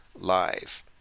Live